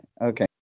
okay